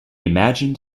imagined